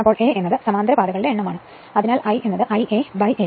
അപ്പോൾ A എന്നത് സമാന്തര പാതകളുടെ എണ്ണമാണ് അതിനാൽ I Ia A